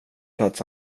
plats